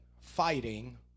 fighting